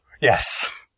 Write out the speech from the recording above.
Yes